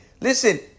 Listen